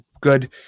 good